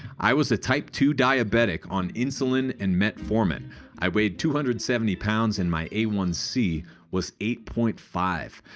i was a type two diabetic on insulin and metformin i weighed two hundred and seventy pounds and my a one c was eight point five.